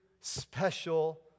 special